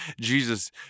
Jesus